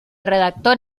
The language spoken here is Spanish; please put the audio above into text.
redactor